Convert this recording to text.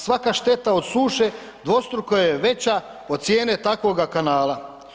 Svaka šteta od suše dvostruko je veća od cijene takvoga kanala.